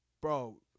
bro